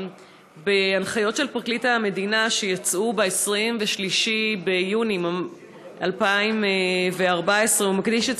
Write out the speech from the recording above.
בהנחיות של פרקליט המדינה שיצאו ב-23 ביוני 2014 הוא מקדיש את